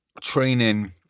training